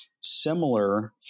similar